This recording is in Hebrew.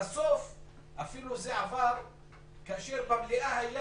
אפילו זה עבר כאשר במליאה היו